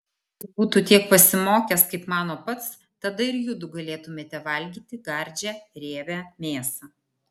jeigu jis būtų tiek pasimokęs kaip mano pats tada ir judu galėtumėte valgyti gardžią riebią mėsą